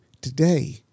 today